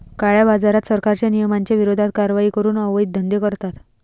काळ्याबाजारात, सरकारच्या नियमांच्या विरोधात कारवाई करून अवैध धंदे करतात